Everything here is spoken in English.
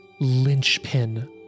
linchpin